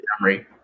memory